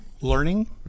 learning